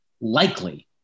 likely